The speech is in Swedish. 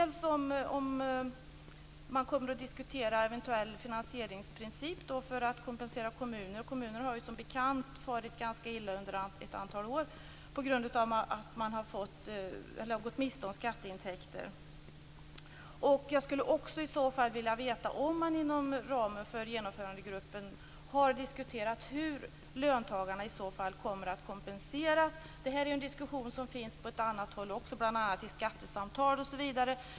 Kommer man att diskutera en eventuell finansieringsprincip för att kompensera kommuner? Kommunerna har ju, som bekant, farit ganska illa under ett antal år på grund av att de har gått miste om skatteintäkter. Jag skulle också vilja veta om man inom ramen för Genomförandegruppen har diskuterat hur löntagarna i så fall kommer att kompenseras. Det här är ju en diskussion som förs också på annat håll, bl.a. i skattesamtal.